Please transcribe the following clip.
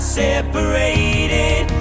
separated